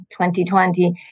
2020